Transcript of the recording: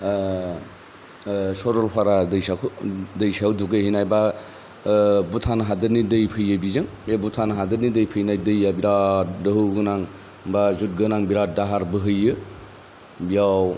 सरलपारा दैसाखौ दैसायाव दुगैहैनाय बा भुटान हादरनि दै फैयो बिजों बे भुटान हादरनि दै फैनाय दैया बिराद दोहौ गोनां बा जुथ गोनां बिरात दाहार बोहैयो बेयाव